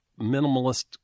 minimalist